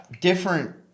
different